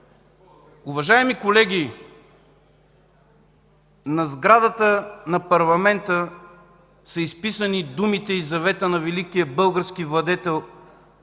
уважаеми колеги, на сградата на парламента са изписани думите и завета на великия български владетел